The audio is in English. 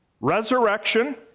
resurrection